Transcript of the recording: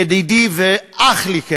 ידידי כאח לי,